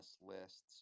lists